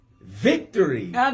victory